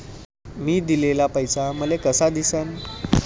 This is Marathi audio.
मी दिलेला पैसा मले कसा दिसन?